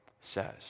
says